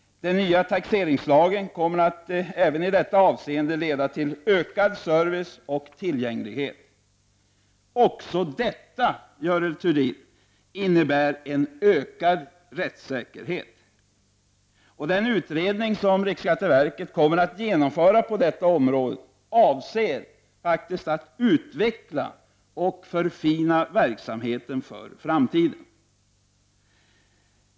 Den nya taxeringslagen kommer även i detta avseende att leda till ökad service och tillgänglighet. Också detta, Görel Thurdin, innebär en ökad rättssäkerhet. Genom utredning som riksskatteverket kommer att göra på detta område avser man att utveckla och förfina verksamheten för framtiden.